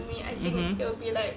mmhmm